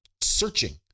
searching